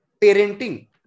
parenting